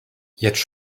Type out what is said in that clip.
jetzt